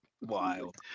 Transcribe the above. Wild